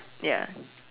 ya